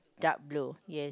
dark blue yes